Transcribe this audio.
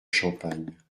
champagne